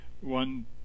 one